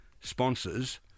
sponsors